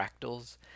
fractals